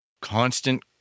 constant